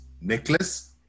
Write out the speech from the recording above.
necklace